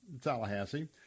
Tallahassee